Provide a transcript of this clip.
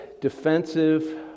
defensive